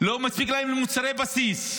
לא מספיק להם למוצרי בסיס.